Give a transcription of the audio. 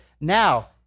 now